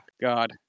God